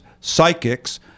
psychics